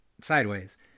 sideways